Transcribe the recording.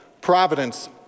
providence